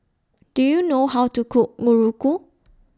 Do YOU know How to Cook Muruku